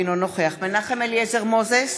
אינו נוכח מנחם אליעזר מוזס,